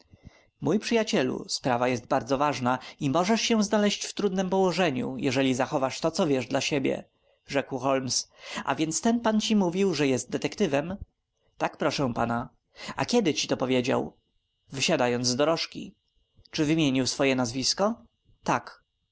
mój przyjacielu sprawa jest bardzo ważna i możesz się znaleźć w trudnem położeniu jeśli zachowasz to co wiesz dla siebie rzekł holmes a więc ten pan ci mówił że jest detektywem tak proszę pana a kiedy ci to powiedział wysiadając z dorożki czy wymienił swoje nazwisko tak